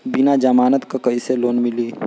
बिना जमानत क कइसे लोन मिली?